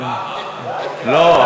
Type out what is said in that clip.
לא,